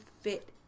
fit